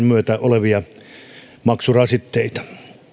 myötä tulleita maksurasitteita